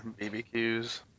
BBQs